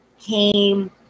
came